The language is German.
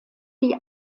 die